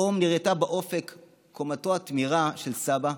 פתאום נראתה באופק קומתו התמירה של סבא,